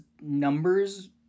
numbers